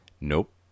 Nope